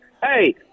Hey